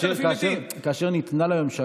משפיעים לא רק על איכות וטיב התוצרת החקלאית